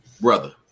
brother